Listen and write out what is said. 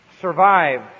survive